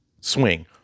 swing